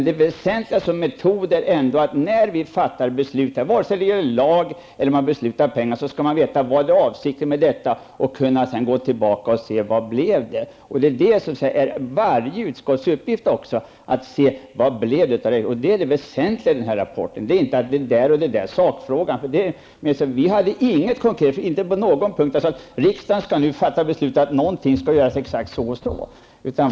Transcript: Det väsentliga när det gäller metoden, vare sig det gäller lagfrågor eller det gäller pengar, är att se på vad som är avsikten med verksamheten och att undersöka hur det sedan blev. Det är också det väsentliga i rapporten, inte den eller den sakfrågan. Vi har inte på någon punkt haft en konkret inriktning att riksdagen skulle fatta ett beslut av en viss innebörd.